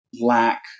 lack